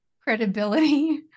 credibility